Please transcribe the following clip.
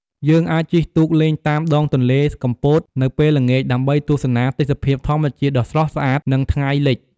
យើងអាចជិះទូកលេងតាមដងទន្លេកំពតនៅពេលល្ងាច ដើម្បីទស្សនាទេសភាពធម្មជាតិដ៏ស្រស់ស្អាត និងថ្ងៃលិច។